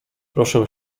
proszę